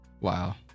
Wow